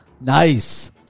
Nice